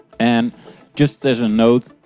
and just as a note,